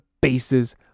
bases